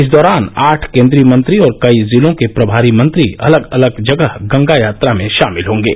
इस दौरान आठ केन्द्रीय मंत्री और कई जिलों के प्रमारी मंत्री जगह जगह गंगा यात्रा में शामिल होंगे